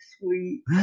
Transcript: sweet